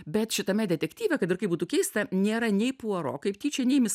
bet šitame detektyve kad ir kaip būtų keista nėra nei puaro kaip tyčia nei mis